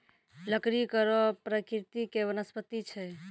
लकड़ी कड़ो प्रकृति के वनस्पति छै